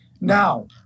Now